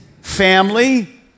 family